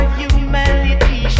humanity